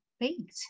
baked